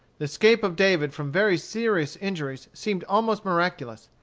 the escape of david from very serious injuries seemed almost miraculous.